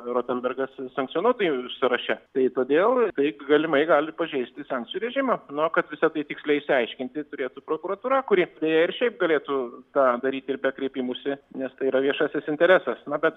rotenbergas sankcionuotųjų sąraše tai todėl taip galimai gali pažeisti sankcijų režimą na o kad visa tai tiksliai išsiaiškinti turėtų prokuratūra kuri beje ir šiaip galėtų tą daryti ir be kreipimųsi nes tai yra viešasis interesas na bet